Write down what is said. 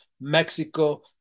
Mexico